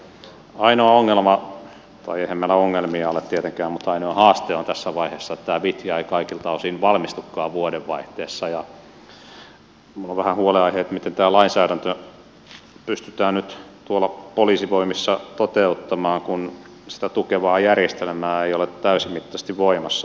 ainoa ongelma tai eihän meillä ongelmia ole tietenkään mutta ainoa haaste on tässä vaiheessa että tämä vitja ei kaikilta osin valmistukaan vuodenvaihteessa ja se on vähän huolenaihe miten tämä lainsäädäntö pystytään nyt tuolla poliisivoimissa toteuttamaan kun sitä tukeva järjestelmä ei ole täysimittaisesti voimassa